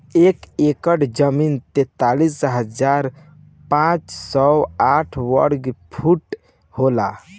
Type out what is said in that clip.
एक एकड़ जमीन तैंतालीस हजार पांच सौ साठ वर्ग फुट होला